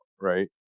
right